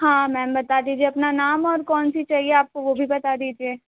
हाँ मैम बता दीजिए अपना नाम और कौन सी चाहिए आपको वो भी बता दीजिए